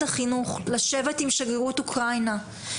החינוך לשבת עם שגרירות אוקראינה בישראל,